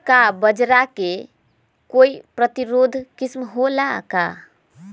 का बाजरा के कोई प्रतिरोधी किस्म हो ला का?